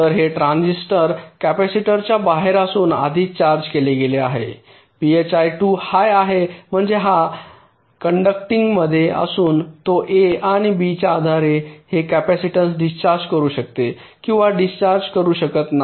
तर हे ट्रान्झिस्टर कॅपेसिटरच्या बाहेर असून आधीच चार्ज केले गेले आहे phi 2 हाय आहे म्हणजे हा कॅनडाकटींग मध्ये असून तो ए आणि बीच्या आधारे हे कॅपेसिटर डिस्चार्ज करू शकते किंवा डिस्चार्ज करू शकत नाही